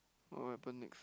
what will happen next